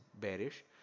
bearish